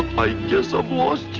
i guess i'm